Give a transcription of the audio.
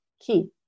key